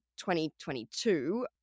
2022